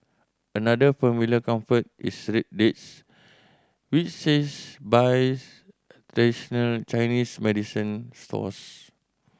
another familiar comfort is red dates which she's buys traditional Chinese medicine stores